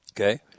okay